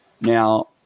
Now